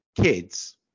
kids